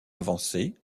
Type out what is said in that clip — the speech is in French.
avancée